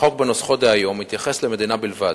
החוק בנוסחו דהיום מתייחס למדינה בלבד,